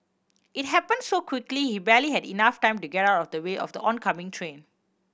it happen so quickly he barely had enough time to get out of the way of the oncoming train